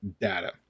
data